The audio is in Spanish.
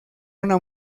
una